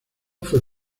fue